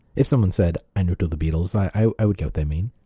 if someone said, i neutral the beatles, i i would get what they mean.